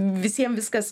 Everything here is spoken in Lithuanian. visiem viskas